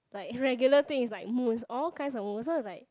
like regular thing is like moons all kinds of moons so is like